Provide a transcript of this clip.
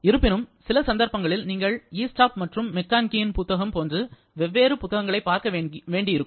இருப்பினும் சில சந்தர்ப்பங்களில் நீங்கள் ஈஸ்டாப் மற்றும் மெக்கான்கியின் புத்தகம் போன்ற வெவ்வேறு புத்தகங்களைப் பார்க்க வேண்டியிருக்கும்